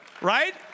right